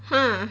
!huh!